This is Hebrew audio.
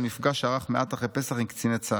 מפגש שערך מעט אחרי פסח עם קציני צה"ל.